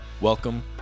Welcome